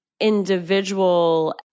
individual